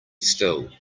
still